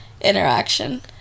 interaction